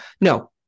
No